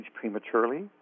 prematurely